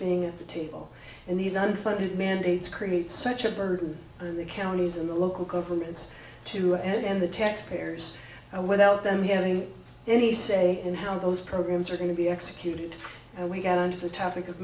being at the table and these unfunded mandates create such a burden on the counties and the local governments and the taxpayers without them having any say in how those programs are going to be executed we got onto the topic of